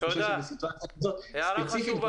תודה, הערה חשובה.